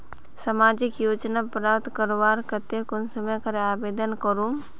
सामाजिक योजना प्राप्त करवार केते कुंसम करे आवेदन करूम?